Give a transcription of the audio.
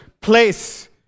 place